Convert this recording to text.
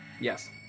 Yes